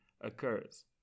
occurs